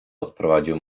odprowadził